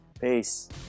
Peace